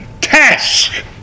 task